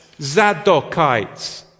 Zadokites